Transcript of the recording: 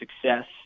success